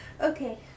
Okay